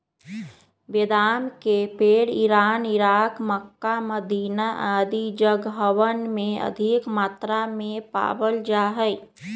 बेदाम के पेड़ इरान, इराक, मक्का, मदीना आदि जगहवन में अधिक मात्रा में पावल जा हई